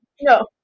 No